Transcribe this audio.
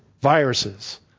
viruses